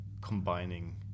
combining